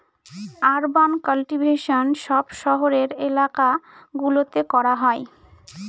urban cultivation সব শহরের এলাকা গুলোতে করা হয়